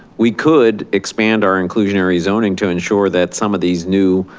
we could expand our inclusionary zoning to ensure that some of these new,